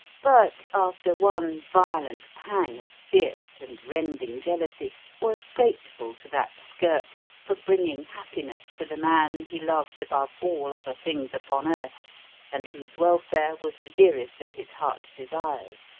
but, after one violent pang of fierce and rending jealousy, was grateful to that skirt for bringing happiness to the man he loved above all other things upon earth and whose welfare was the dearest of his heart's desires.